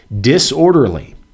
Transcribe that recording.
disorderly